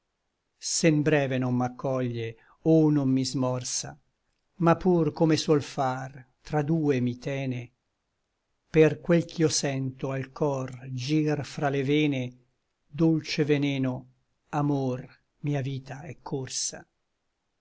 inforsa se n breve non m'accoglie o non mi smorsa ma pur come suol far tra due mi tene per quel ch'io sento al cor gir fra le vene dolce veneno amor mia vita è corsa